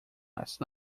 last